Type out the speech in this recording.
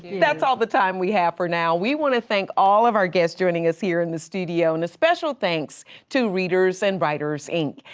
that's all the time we have for now. we wanna thank all of our guests joining us here in the studio and a special thanks to readers and writers ink.